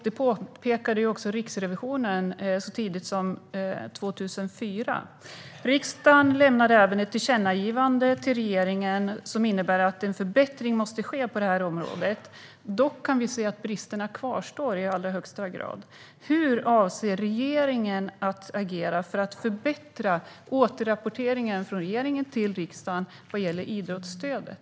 Det påpekade också Riksrevisionen så tidigt som 2004. Riksdagen har även till regeringen lämnat ett tillkännagivande som innebär att en förbättring måste ske på det här området. Vi kan dock se att bristerna i allra högsta grad kvarstår. Hur avser regeringen att agera för att förbättra återrapporteringen från regeringen till riksdagen vad gäller idrottsstödet?